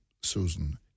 Susan